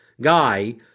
guy